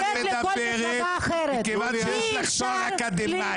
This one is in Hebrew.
מדברת מכיוון שיש לך תואר אקדמאי.